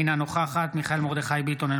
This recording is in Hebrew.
אינה נוכחת מיכאל מרדכי ביטון,